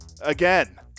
Again